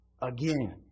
again